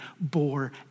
bore